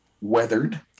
weathered